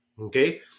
Okay